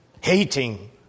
hating